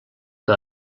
que